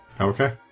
Okay